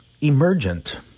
emergent